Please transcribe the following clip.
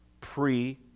pre